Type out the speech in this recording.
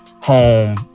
home